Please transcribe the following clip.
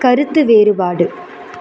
கருத்து வேறுபாடு